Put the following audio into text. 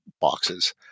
boxes